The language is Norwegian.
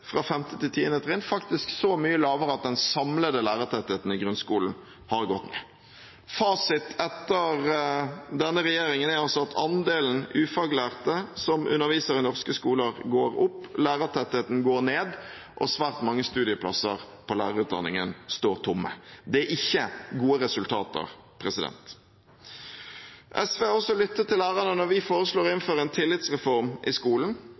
trinn, faktisk så mye lavere at den samlede lærertettheten i grunnskolen har gått ned. Fasit etter denne regjeringen er altså at andelen ufaglærte som underviser i den norske skolen, går opp, lærertettheten går ned, og svært mange studieplasser på lærerutdanningen står tomme. Det er ikke gode resultater. SV har også lyttet til lærerne når vi foreslår å innføre en tillitsreform i skolen. Vi trenger et generaloppgjør med test- og prøvehysteriet i skolen